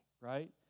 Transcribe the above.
right